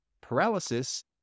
paralysis